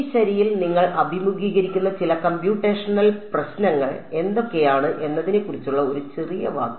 ഈ ശരിയിൽ നിങ്ങൾ അഭിമുഖീകരിക്കുന്ന ചില കമ്പ്യൂട്ടേഷണൽ പ്രശ്നങ്ങൾ എന്തൊക്കെയാണ് എന്നതിനെക്കുറിച്ചുള്ള ഒരു ചെറിയ വാക്ക്